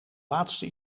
laatste